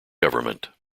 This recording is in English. government